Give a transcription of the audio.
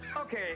okay